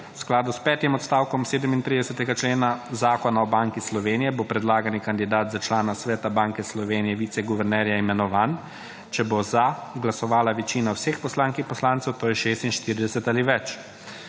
V skladu s petim odstavkom 37. člena Zakona o Banki Slovenije bo predlagani kandidat za člana Sveta Banke Slovenije – viceguvernerja imenovan, če bo za glasovala večina vseh poslank in poslancev, to je 46 ali več.